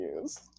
use